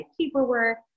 paperwork